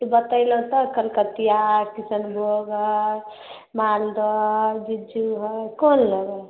बतेलहुँ तऽ कलकतिआ हइ किसनभोग हइ मालदह हइ बिज्जू हइ कोन लेबै